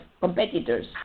competitors